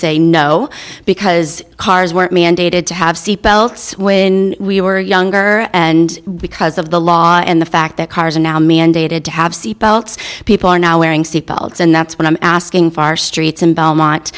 say no because cars weren't mandated to have seatbelts when we were younger and because of the law and the fact that cars are now mandated to have seatbelts people are now wearing seat belts and that's what i'm asking for our streets in belmont